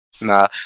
Nah